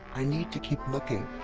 i need to keep looking.